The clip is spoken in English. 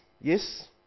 Yes